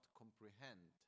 comprehend